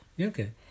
Okay